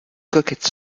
coquette